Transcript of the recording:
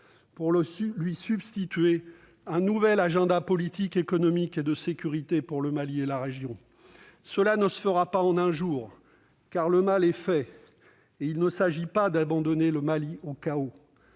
de lui substituer un nouvel agenda politique, économique et de sécurité pour le Mali et la région. Cela ne se fera pas en un jour, car le mal est fait. Il ne s'agit évidemment pas d'abandonner le Mali au chaos.